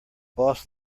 boss